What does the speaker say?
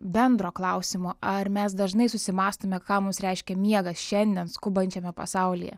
bendro klausimo ar mes dažnai susimąstome ką mums reiškia miegas šiandien skubančiame pasaulyje